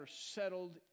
settled